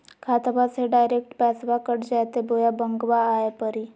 खाताबा से डायरेक्ट पैसबा कट जयते बोया बंकबा आए परी?